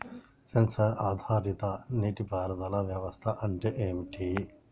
Censor ఆధారిత నీటి పారుదల వ్యవస్థ అంటే ఏమిటి?